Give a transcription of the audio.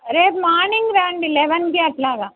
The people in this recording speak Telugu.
రేపు మార్నింగ్ రండి లెవెన్కి అలాగ